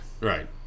right